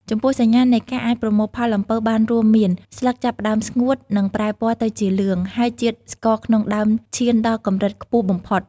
ចំពោះសញ្ញានៃការអាចប្រមូលផលអំពៅបានរួមមាន ស្លឹកចាប់ផ្តើមស្ងួត និងប្រែពណ៌ទៅជាលឿង ហើយជាតិស្ករក្នុងដើមឈានដល់កម្រិតខ្ពស់បំផុត។